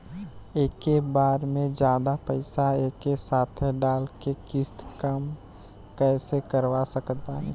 एके बार मे जादे पईसा एके साथे डाल के किश्त कम कैसे करवा सकत बानी?